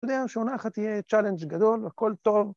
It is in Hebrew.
‫אתה יודע שעונה אחת תהיה ‫צ'אלנג' גדול, הכול טוב?